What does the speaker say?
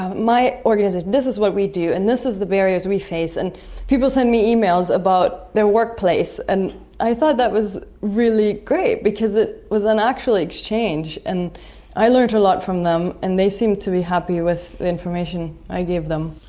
my organisation, this is what we do and this is the barriers we face. and people send me emails about their workplace and i thought that was really great, because it was an actual exchange and i learnt a lot from them. and they seemed to be happy with the information i gave them.